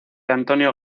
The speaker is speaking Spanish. antonio